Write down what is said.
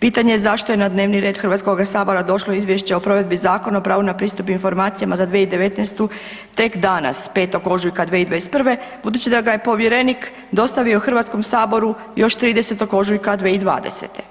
Pitanje je zašto je na dnevni red HS-a došlo Izvješće o provedbi Zakona o pravu na pristup informacijama za 2019. tek danas, 5. ožujka 2021. budući da ga je povjerenik dostavio HS-u još 30. ožujka 2020. g.